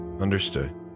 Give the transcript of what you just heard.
Understood